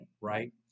Right